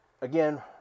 again